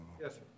Yes